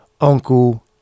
Uncle